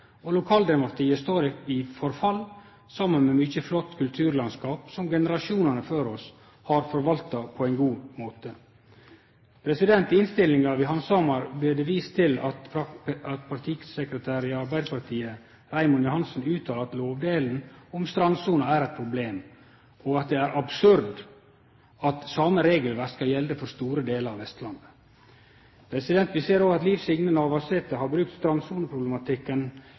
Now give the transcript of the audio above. og lokaldemokratiet står for fall saman med mykje flott kulturlandskap som generasjonane før oss har forvalta på ein god måte. I innstillinga vi handsamar, blir det vist til at partisekretæren i Arbeidarpartiet, Raymond Johansen, har uttala at lovdelen om strandsoner er eit problem, og at det er absurd at same regelverk skal gjelde for store delar av Vestlandet. Vi ser òg at Liv Signe Navarsete har brukt